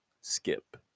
Skip